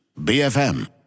BFM